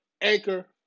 Anchor